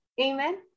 Amen